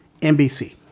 NBC